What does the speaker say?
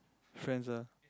friends ah